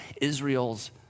Israel's